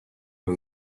who